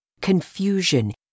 confusion